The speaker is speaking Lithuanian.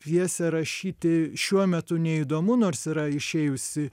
pjesę rašyti šiuo metu neįdomu nors yra išėjusi